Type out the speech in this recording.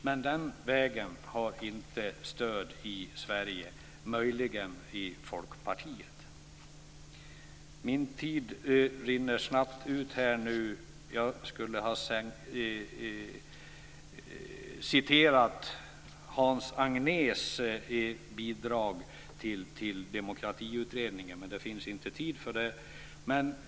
Den sistnämnda vägen har inte stöd i Sverige, utom möjligen i Folkpartiet. Min tid rinner snabbt ut. Jag skulle ha citerat Hans Agnés bidrag till demokratiutredningen, men det finns inte tid för det.